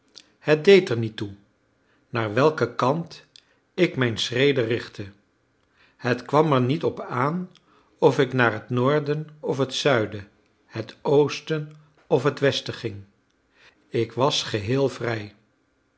het deed er niet toe naar welken kant ik mijn schreden richtte het kwam er niet op aan of ik naar het noorden of het zuiden het oosten of het westen ging ik was geheel vrij